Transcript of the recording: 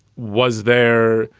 was there.